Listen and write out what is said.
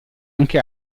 anche